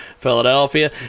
Philadelphia